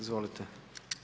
Izvolite.